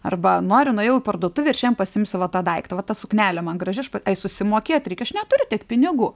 arba noriu nuėjau į parduotuvę ir šiandien pasiimsiu va tą daiktą va ta suknelė man graži aš ai susimokėt reikia aš neturiu tiek pinigų